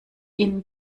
ihnen